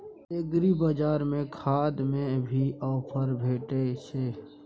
एग्रीबाजार में खाद में भी ऑफर भेटय छैय?